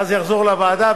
ואז זה יחזור לוועדה,